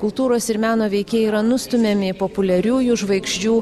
kultūros ir meno veikėjai yra nustumiami populiariųjų žvaigždžių